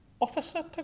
Officer